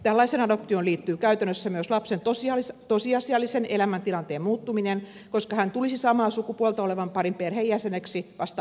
tällaiseen adoptioon liittyy käytännössä myös lapsen tosiasiallisen elämäntilanteen muuttuminen koska hän tulisi samaa sukupuolta olevan parin perheenjäseneksi vasta adoption kautta